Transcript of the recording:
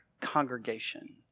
congregation